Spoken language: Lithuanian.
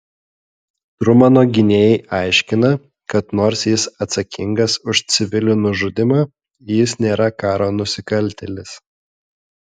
trumano gynėjai aiškina kad nors jis atsakingas už civilių nužudymą jis nėra karo nusikaltėlis